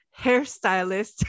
hairstylist